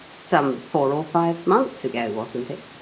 some four or five months ago, wasn't it?